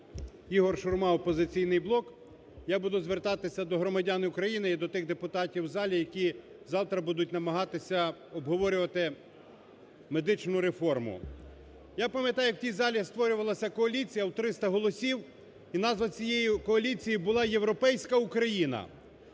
Ігор Шурма, Опозиційний блок. Я буду звертатися до громадян України і до тих депутатів у залі, які завтра будуть намагатися обговорювати медичну реформу. Я пам'ятаю, як у цій залі створювалася коаліція у 300 голосів, і назва цієї коаліції була "Європейська Україна".